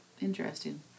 Interesting